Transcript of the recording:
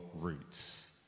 Roots